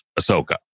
Ahsoka